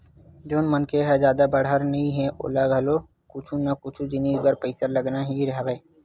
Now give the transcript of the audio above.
जउन मनखे ह जादा बड़हर नइ हे ओला घलो कुछु ना कुछु जिनिस बर पइसा लगना ही हवय